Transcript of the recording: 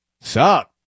Sup